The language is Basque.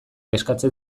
eskatzen